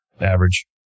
average